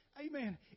Amen